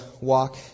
walk